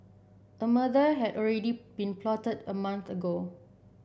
a murder had already been plotted a month ago